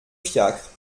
fiacre